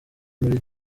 muri